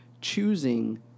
choosing